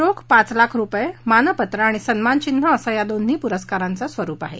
रोख पाच लाख रुपये मानपत्र आणि सन्मानचिन्ह असं या दोन्ही या प्रस्कारांचं स्वरुप आहे